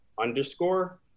underscore